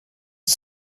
ist